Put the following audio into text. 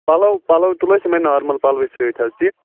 پَلو پَلو تُلو أسۍ یِمَے نارمل پَلوٕے سۭتۍ حظ